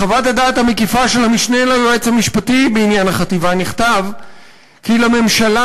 בחוות הדעת המקיפה של המשנה ליועץ המשפטי בעניין החטיבה נכתב כי לממשלה,